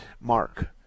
Mark